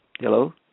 Hello